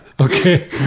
okay